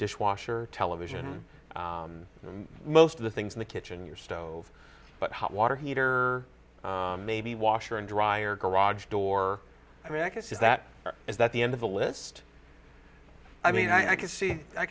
dishwasher television and most of the things in the kitchen your stove but hot water heater maybe washer and dryer garage door i mean is that is that the end of the list i mean i can see i